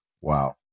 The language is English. Wow